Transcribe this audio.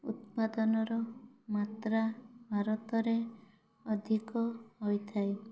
ଉତ୍ପାଦନର ମାତ୍ରା ଭାରତରେ ଅଧିକ ହୋଇଥାଏ